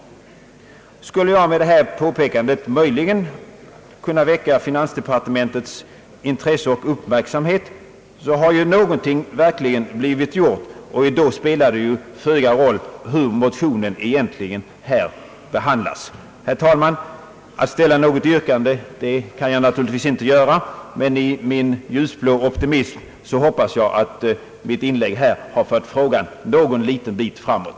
Skulle jag med detta påpekande möjligen kunna väcka finansdepartementets intresse och uppmärksamhet, har ju verkligen någonting blivit gjort. Då spelar det föga roll hur motionen behandlats. Herr talman! Att ställa något yrkande kan jag naturligtvis inte göra. Men i min ljusblå optimism hoppas jag att mitt inlägg här har fört frågan framåt.